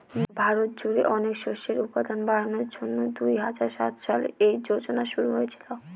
ভারত জুড়ে অনেক শস্যের উৎপাদন বাড়ানোর জন্যে দুই হাজার সাত সালে এই যোজনা শুরু হয়েছিল